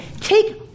Take